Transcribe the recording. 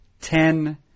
ten